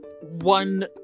one